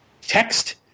text